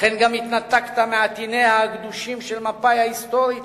לכן גם התנתקת מעטיניה הקדושים של מפא"י ההיסטורית